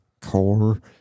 Core